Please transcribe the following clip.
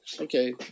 okay